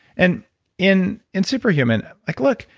and in in super human, like look,